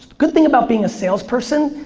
good thing about being a salesperson,